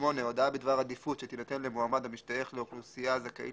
(8) הודעה בדבר עדיפות שתינתן למועמד המשתייך לאוכלוסייה הזכאית